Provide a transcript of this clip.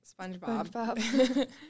SpongeBob